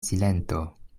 silento